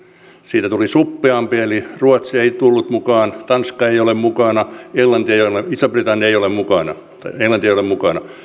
siitä tuli suppeampi eli ruotsi ei tullut mukaan tanska ei ole mukana iso britannia ei ole mukana